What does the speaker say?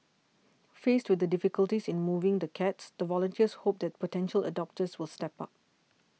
faced with the difficulties in moving the cats the volunteers hope that potential adopters will step up